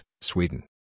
Sweden